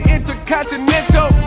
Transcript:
Intercontinental